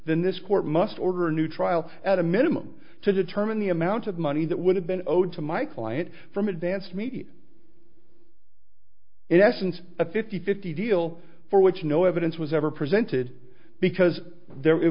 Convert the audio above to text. then this court must order a new trial at a minimum to determine the amount of money that would have been odes to my client from advance to meet in essence a fifty fifty deal for which no evidence was ever presented because there it